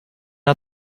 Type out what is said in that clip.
out